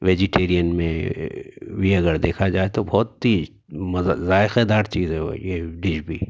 vegetarian میں بھی اگر دیکھا جائے تو بہت ہی مزہ ذائقہ دار چیز ہے وہ یہ ڈش بھی